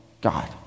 God